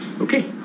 Okay